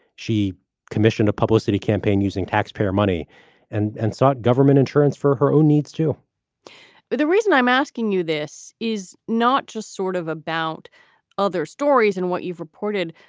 she commissioned a publicity campaign using taxpayer money and and sought government insurance for her own needs, too the reason i'm asking you this is not just sort of about other stories and what you've reported,